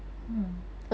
hmm